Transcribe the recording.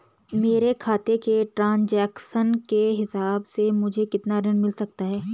मेरे खाते के ट्रान्ज़ैक्शन के हिसाब से मुझे कितना ऋण मिल सकता है?